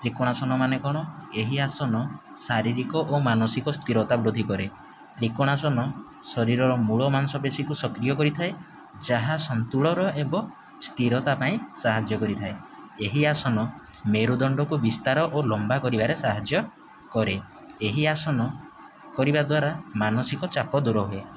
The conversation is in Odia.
ତ୍ରିକୋଣାସନ ମାନେ କଣ ଏହି ଆସନ ଶାରୀରିକ ଓ ମାନସିକ ସ୍ଥିରତା ବୃଦ୍ଧି କରେ ତ୍ରିକୋଣାସନ ଶରୀରର ମୂଳ ମାଂସପେଶୀକୁ ସକ୍ରିୟ କରିଥାଏ ଯାହା ସନ୍ତୁଳର ହେବ ସ୍ଥିରତା ପାଇଁ ସାହାଯ୍ୟ କରିଥାଏ ଏହି ଆସନ ମେରୁଦଣ୍ଡକୁ ବିସ୍ତାର ଓ ଲମ୍ବା କରିବାରେ ସାହାଯ୍ୟ କରେ ଏହି ଆସନ କରିବା ଦ୍ଵାରା ମାନସିକ ଚାପ ଦୂର ହୁଏ